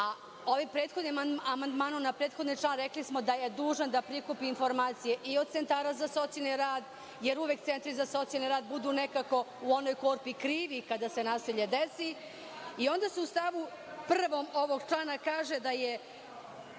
a ovim prethodnim amandmanom, na prethodni član rekli smo da je dužan da prikupi informacije i od centara za socijalni rad, jer uvek centri za socijalni rad budu nekako u onoj korpi krivi kada se nasilje desi. Onda se u stavu prvom ovog člana kaže da je